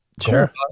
sure